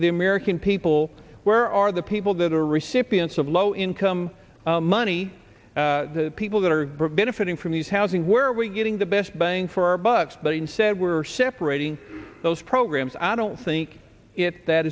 american people where are the people that are recipients of low income money the people that are benefiting from these housing where we're getting the best bang for our bucks but instead we're separating those programs i don't think it that